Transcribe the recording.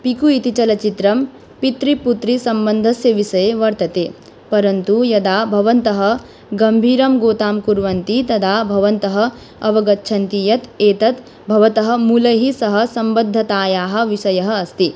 पिकु इति चलच्चित्रं पितापुत्रीसम्बन्धस्य विषये वर्तते परन्तु यदा भवन्तः गम्भीरं गोतां कुर्वन्ति तदा भवन्तः अवगच्छन्ति यत् एतद् भवतः मूलैः सह सम्बद्धतायाः विषयः अस्ति